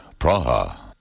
Praha